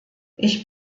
ich